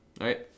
right